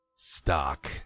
stock